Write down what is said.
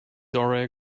already